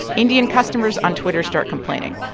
indian customers on twitter start complaining.